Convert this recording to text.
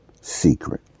Secret